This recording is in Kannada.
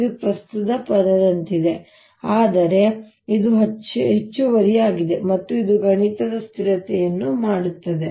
ಇದು ಪ್ರಸ್ತುತ ಪದದಂತಿದೆ ಆದರೆ ಇದು ಹೆಚ್ಚುವರಿಯಾಗಿದೆ ಮತ್ತು ಇದು ಗಣಿತದ ಸ್ಥಿರತೆಯನ್ನು ಮಾಡುತ್ತದೆ